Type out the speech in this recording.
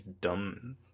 Dumb